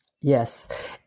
Yes